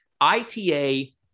ITA